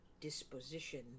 disposition